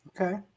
Okay